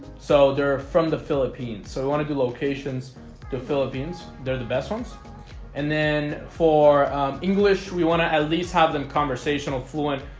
so there are from the philippines so i want to do locations the philippines. they're the best ones and then for english we want to at least have them conversational fluent.